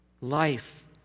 life